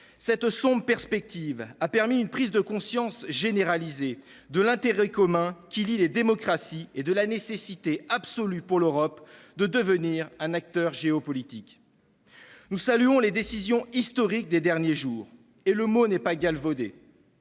Cette sombre perspective a permis une prise de conscience généralisée de l'intérêt commun qui lie les démocraties et de la nécessité absolue, pour l'Europe, de devenir un acteur géopolitique. Nous saluons les décisions historiques des derniers jours. Le mot n'est pas galvaudé.